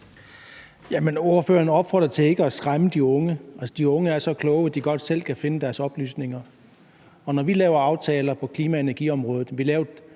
Ordføreren opfordrede til ikke at skræmme de unge. Altså, de unge er så kloge, at de godt selv kan finde deres oplysninger, og når vi laver aftaler på klima- og energiområdet